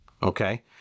Okay